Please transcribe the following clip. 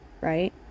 right